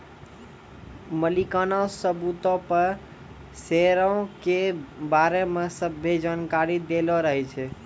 मलिकाना सबूतो पे शेयरो के बारै मे सभ्भे जानकारी दैलो रहै छै